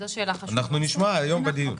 אנחנו נשמע היום בדיון.